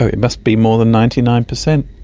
ah it must be more than ninety nine percent,